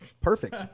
Perfect